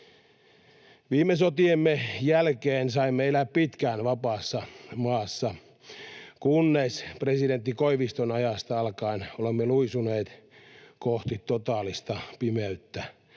Viime sotiemme jälkeen saimme elää pitkään vapaassa maassa, kunnes presidentti Koiviston ajasta alkaen olemme luisuneet kohti totaalista pimeyttä,